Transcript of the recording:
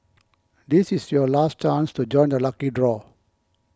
this is your last chance to join the lucky draw